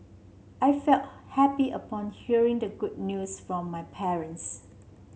I felt happy upon hearing the good news from my parents